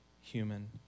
human